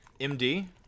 MD